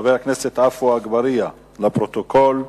של חבר הכנסת עפו אגבאריה, לפרוטוקול,